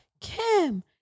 Kim